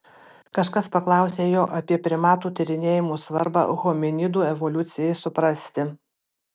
kažkas paklausė jo apie primatų tyrinėjimų svarbą hominidų evoliucijai suprasti